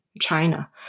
China